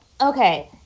Okay